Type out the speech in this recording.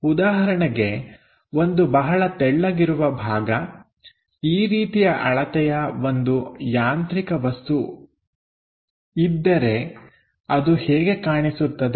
ಉದಾಹರಣೆಗೆ ಒಂದು ಬಹಳ ತೆಳ್ಳಗಿರುವ ಭಾಗ ಈ ರೀತಿಯ ಅಳತೆಯ ಒಂದು ಯಾಂತ್ರಿಕ ವಸ್ತು ಆಗಿದ್ದರೆ ಅದು ಹೇಗೆ ಕಾಣಿಸುತ್ತದೆ